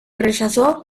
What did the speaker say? rechazó